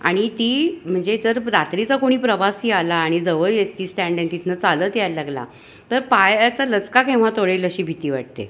आणि ती म्हणजे जर रात्रीचा कोणी प्रवासी आला आणि जवळ एस टी स्टँड आणि तिथून चालत यायला लागला तर पायाचा लचका केव्हा तोडेल अशी भीती वाटते